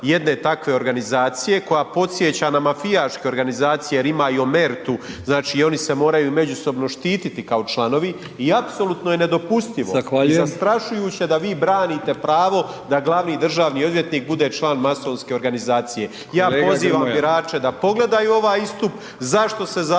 jedne takve organizacije koja podsjeća na mafijaške organizacije jer ima i omertu, znači oni se moraju i moraju međusobno štititi kao članovi i apsolutno je nedopustivo… …/Upadica Brkić: Zahvaljujem./… … i zastrašujuće da vi branite pravo da glavni državni odvjetnik bude član masonske organizacije. Ja pozivam birače … …/Upadica Brkić: Kolega